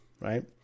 right